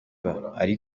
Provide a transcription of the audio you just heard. ari